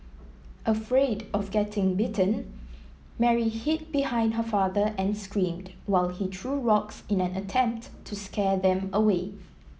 afraid of getting bitten Mary hid behind her father and screamed while he threw rocks in an attempt to scare them away